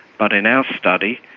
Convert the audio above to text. but in our study,